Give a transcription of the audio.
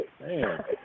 Man